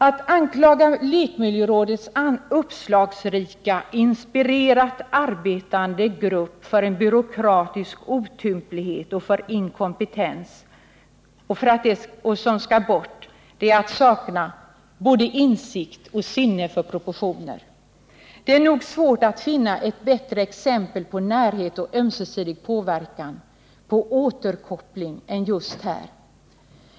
Att anklaga lekmiljörådets uppslagsrika, inspirerat arbetande grupp för sådan byråkratisk otymplighet och inkompetens att den bör komma bort är att sakna både insikt och sinne för proportioner. Det är nog svårt att finna ett bättre exempel på närhet och ömsesidig påverkan, på återkoppling, än just här.